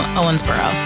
owensboro